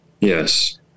Yes